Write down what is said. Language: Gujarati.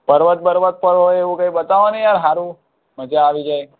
પર્વત બર્વત પર હોય એવું કંઈ બતાવો ને યાર સારું મજા આવી જાય